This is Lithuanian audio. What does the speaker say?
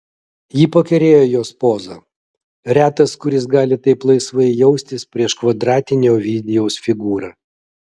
jį pakerėjo jos poza retas kuris gali taip laisvai jaustis prieš kvadratinę ovidijaus figūrą